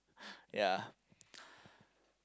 ya